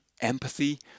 empathy